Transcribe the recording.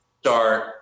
start